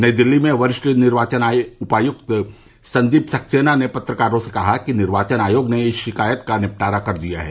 नई दिल्ली में वरिष्ठ निर्वाचन उपायुक्त संदीप सक्सेना ने पत्रकारों से कहा कि निर्वाचन आयोग ने इस शिकायत का निपटारा कर दिया है